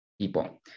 people